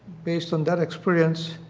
based on that experience,